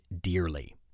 dearly